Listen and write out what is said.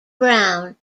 brown